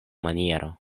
maniero